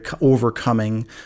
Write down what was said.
overcoming